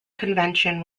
convention